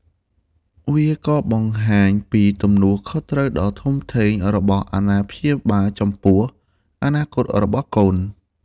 វាក៏បង្ហាញពីទំនួលខុសត្រូវដ៏ធំធេងរបស់អាណាព្យាបាលចំពោះអនាគតរបស់កូន។